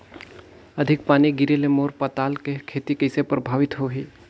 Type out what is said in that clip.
अधिक पानी गिरे ले मोर पताल के खेती कइसे प्रभावित होही?